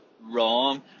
wrong